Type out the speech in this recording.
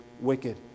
wicked